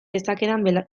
dezakedan